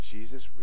Jesus